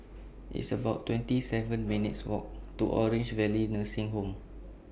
It's about twenty seven minutes' Walk to Orange Valley Nursing Home